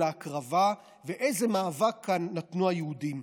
ההקרבה ואיזה מאבק נתנו כאן היהודים.